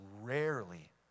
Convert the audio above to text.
rarely